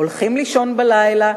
הולכים לישון בלילה,